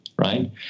right